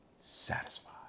Satisfied